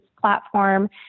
platform